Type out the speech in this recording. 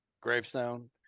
gravestone